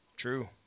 True